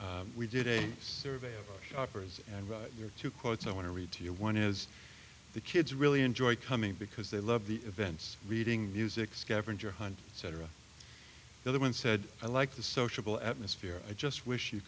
we did a survey of shoppers and your two quotes i want to read to you one is the kids really enjoy coming because they love the events reading music scavenger hunt cetera another one said i like the sociable atmosphere i just wish you